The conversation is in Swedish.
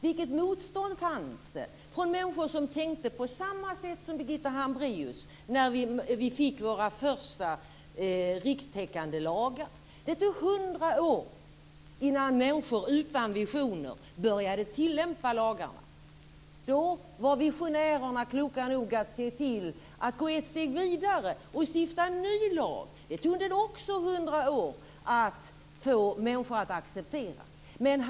Vilket motstånd fanns det från människor som tänkte på samma sätt som Birgitta Hambraeus när vi fick våra första rikstäckande lagar? Det tog hundra år innan människor utan visioner började tillämpa lagarna. Då var visionärerna kloka nog att se till att gå ett steg vidare och stifta en ny lag. Den tog det också hundra år att få människor att acceptera.